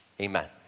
amen